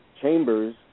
chambers